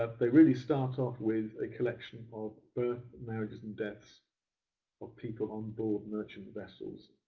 ah they really start off with a collection of births, marriages, and deaths of people on board merchant vessels,